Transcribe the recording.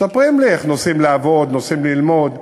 מספרים לי איך נוסעים לעבוד, נוסעים ללמוד,